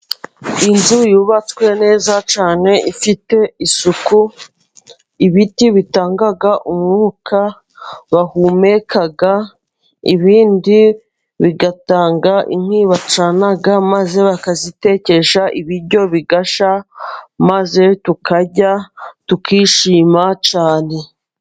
Inzu yubatswe neza cyane ifite isuku, ibiti bitanga umwuka bahumeka, ibindi bigatanga inkwi bacana maze bakazitekesha, ibiryo bigashya maze tukarya tukishima cyane.